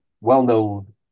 well-known